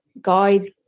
guides